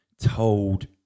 told